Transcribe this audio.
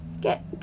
Get